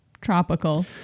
tropical